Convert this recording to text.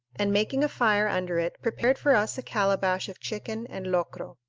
and, making a fire under it, prepared for us a calabash of chicken and locro.